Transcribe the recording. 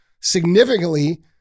significantly